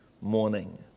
morning